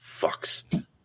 Fucks